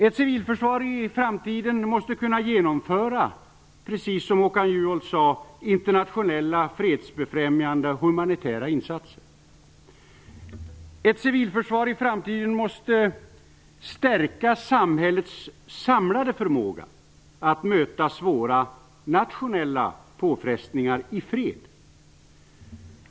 Ett civilförsvar i framtiden måste, precis som Håkan Juholt sade, kunna genomföra internationella fredsbefrämjande humanitära insatser. Ett civilförsvar i framtiden måste stärka samhällets samlade förmåga att möta svåra nationella påfrestningar i fred.